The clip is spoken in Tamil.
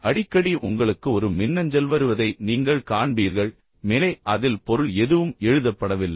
அடிக்கடி உங்களுக்கு ஒரு மின்னஞ்சல் வருவதை நீங்கள் காண்பீர்கள் மேலே அதில் பொருள் எதுவும் எழுதப்படவில்லை